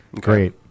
Great